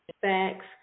facts